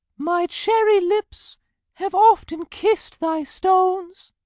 my cherry lips have often kiss'd thy stones,